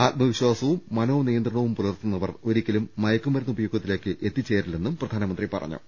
ആത്മവിശ്വാസവും മനോനിയന്ത്രണവും പുലർത്തുന്നവർ ഒരി ക്കലും മയക്കുമരുന്ന് ഉപയോഗത്തിലേക്ക് എത്തിച്ചേരില്ലെന്നും പ്ര ധാനമന്ത്രി പറഞ്ഞു